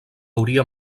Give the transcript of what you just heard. hauria